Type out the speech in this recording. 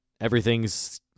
everything's